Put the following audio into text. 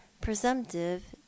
presumptive